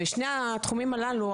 שני התחומים הללו,